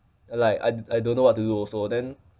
like I I don't know what to do also then